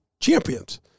Champions